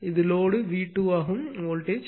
இது load V2 ஆகும் voltage